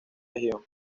región